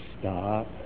stop